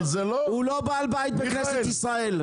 הוא לא בעל בית בכנסת ישראל.